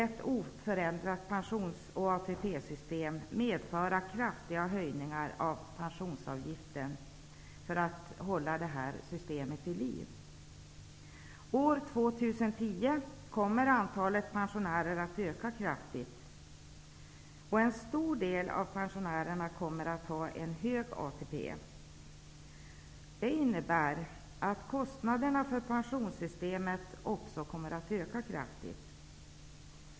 Ett oförändrat pensions och ATP-system i framtiden skulle medföra kraftiga höjningar av pensionsavgiften. År 2010 kommer antalet pensionärer att öka kraftigt. En stor del av pensionärerna kommer att ha en hög ATP. Det innebär att kostnaderna för pensionssystemet kommer att öka kraftigt.